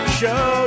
show